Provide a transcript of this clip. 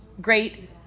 great